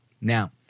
Now